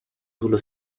sullo